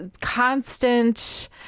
constant